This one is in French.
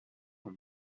son